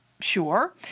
sure